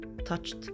touched